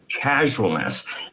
casualness